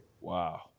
Wow